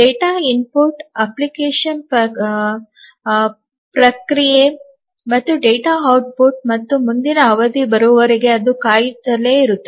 data input application ಪ್ರಕ್ರಿಯೆ ಮತ್ತು data output ಮತ್ತು ಮುಂದಿನ ಅವಧಿ ಬರುವವರೆಗೆ ಅದು ಕಾಯುತ್ತಲೇ ಇರುತ್ತದೆ